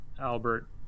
Albert